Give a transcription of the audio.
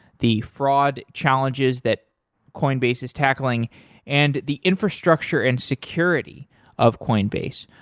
the fraud challenges that coinbase is tackling and the infrastructure and security of coinbase.